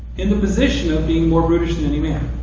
in the position of being more brutish than any man,